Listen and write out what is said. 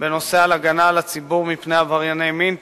בנושא הגנה על הציבור מפני עברייני מין (תיקון),